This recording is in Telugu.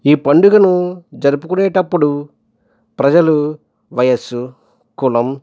ఈ పండుగను జరుపుకునేటప్పుడు ప్రజలు వయస్సు కులం